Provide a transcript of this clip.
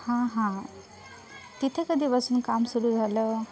हां हां तिथे कधीपासून काम सुरु झालं